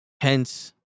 Hence